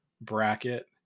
bracket